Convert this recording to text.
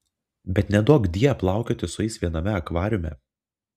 bet neduokdie plaukioti su jais viename akvariume